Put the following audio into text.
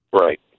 right